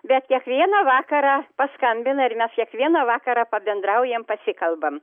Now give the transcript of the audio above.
bet kiekvieną vakarą paskambina ir mes kiekvieną vakarą pabendraujam pasikalbam